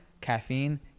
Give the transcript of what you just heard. caffeine